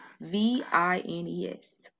V-I-N-E-S